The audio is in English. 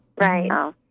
right